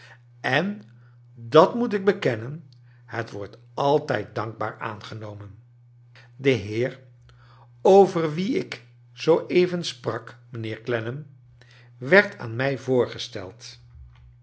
en dat moet ik bekennen het wordt altijd dankbaar aangenomen de heer over wien ik zoo even sprak mijnheer clcnnam were aan mij voorgesteld